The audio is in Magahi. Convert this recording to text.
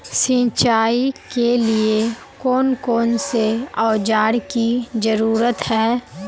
सिंचाई के लिए कौन कौन से औजार की जरूरत है?